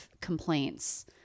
complaints